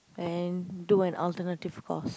and do an alternative course